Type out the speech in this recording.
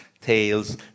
tales